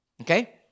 Okay